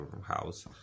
house